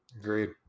Agreed